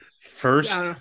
First